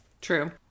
True